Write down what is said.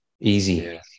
Easy